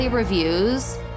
reviews